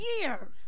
year